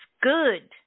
good